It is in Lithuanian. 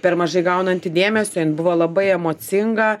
per mažai gaunanti dėmesio buvo labai emocinga